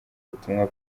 ubutumwa